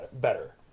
better